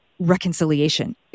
reconciliation